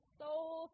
soul